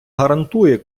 гарантує